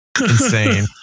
Insane